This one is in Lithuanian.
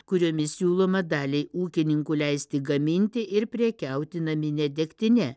kuriomis siūloma daliai ūkininkų leisti gaminti ir prekiauti namine degtine